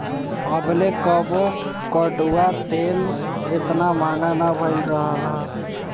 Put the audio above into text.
अबले कबो कड़ुआ तेल एतना महंग ना भईल रहल हअ